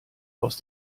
aus